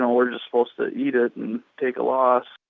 ah we're just supposed to eat it and take a loss,